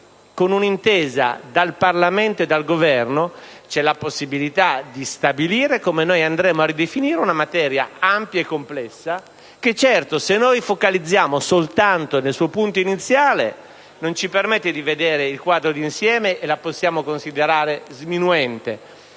con un'intesa dal Parlamento e dal Governo, c'è la possibilità di stabilire come andremo a ridefinire una materia ampia e complessa. Focalizzarci soltanto nel suo punto iniziale non ci permette di vedere il quadro d'insieme e lo possiamo considerare sminuente;